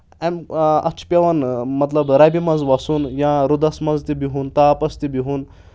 امہِ اَتھ چھُ پؠوان مطلب رَبہِ منٛز وَسُن یا رُدَس منٛز تہِ بِہُن تاپَس تہِ بِہُن